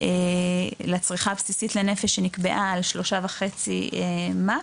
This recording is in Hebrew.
לצריכה הבסיסית לנפש שנקבעה על 3.5 מ"ק,